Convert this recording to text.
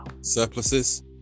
Surpluses